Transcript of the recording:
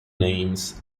names